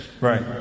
Right